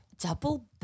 Double